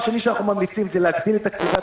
אנחנו ממליצים להגדיל את התקציבים